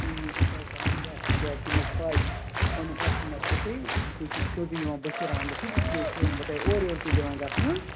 تٔمۍ موٗجوٗب تۄہہِ کَران لیٚس کیازِ کہِ مےٚ چھِ پاے پنُن کسٹمر چھُو تُہۍ تُہۍ چھُو سیۄدٕے یِوان بشیر احمدس نِش اِس لیے چھُسو نہٕ بہٕ تۄہہِ اورٕ یور دِوان گَژھنہٕ